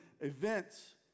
events